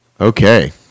Okay